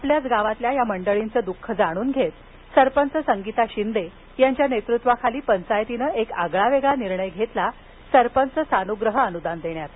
आपल्याच गावातल्या या मंडळींचं हे दःख जाणुन घेत सरपंच संगीता शिंदे यांच्या नेतुत्वाखाली पंचायतीनं आगळावेगळा निर्णय घेतला सरपंच सानुग्रह अनुदान देण्याचा